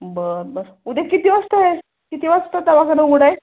बरं बरं उद्या किती वाजता याय किती वाजता दवाखाना उघडा आहे